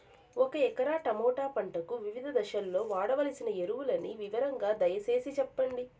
ఒక ఎకరా టమోటా పంటకు వివిధ దశల్లో వాడవలసిన ఎరువులని వివరంగా దయ సేసి చెప్పండి?